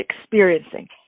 experiencing